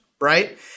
right